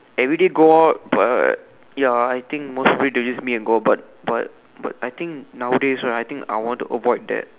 everyday go out but ya I think most of it they'll just meet and go out but but but I think nowadays right I think I would want to avoid that